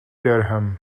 durham